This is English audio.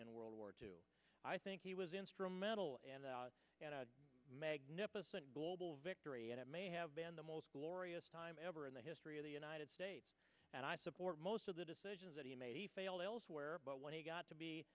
in world war two i think he was instrumental and magnificent global victory and it may have been the most glorious time ever in the history of the united states and i support most of the decisions that he made he failed elsewhere but when he got to be